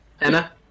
Anna